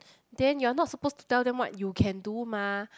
then you are not suppose to tell them what you can do mah